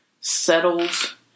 settled